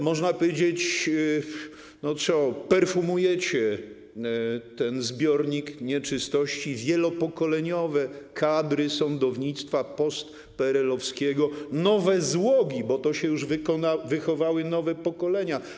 Można powiedzieć, że perfumujecie ten zbiornik nieczystości, wielopokoleniowe kadry sądownictwa postpeerelowskiego, nowe złogi, bo to się już wychowały nowe pokolenia.